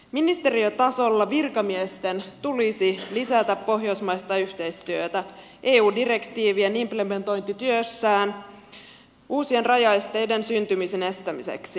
ministeriötasolla virkamiesten tulisi lisätä pohjoismaista yhteistyötä eu direktiivien implementointityössään uusien rajaesteiden syntymisen estämiseksi